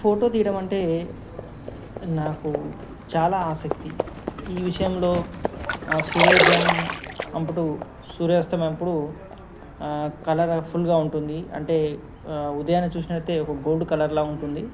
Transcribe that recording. photo తీయడమంటే నాకు చాలా ఆసక్తి ఈ విషయంలో సూర్యోదయం అప్పుడు సూర్యాస్తమయం అప్పుడు కలర్ఫుల్గా ఉంటుంది అంటే ఉదయాన్నే చూసినట్టయితే ఒక గోల్డ్ కలర్లాగా ఉంటుంది